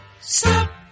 stop